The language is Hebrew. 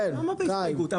למה בהסתייגות?